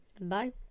Bye